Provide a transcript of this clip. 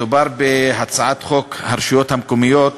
מדובר בהצעת חוק הרשויות המקומיות